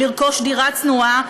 לרכוש דירה צנועה,